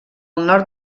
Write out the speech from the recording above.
nord